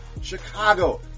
chicago